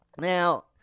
Now